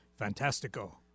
Fantastico